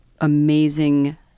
amazing